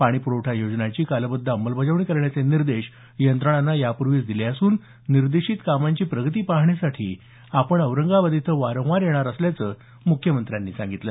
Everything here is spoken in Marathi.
पाणी पुरवठा योजनांची कालबद्ध अंमलबजावणी करण्याचे निर्देश यंत्रणांना यापूर्वीच दिले असून निर्देशित कामांची प्रगती पाहण्यासाठी आपण वारंवार औरंगाबाद इथं येणार असल्याचं मुख्यमंत्र्यांनी सांगितलं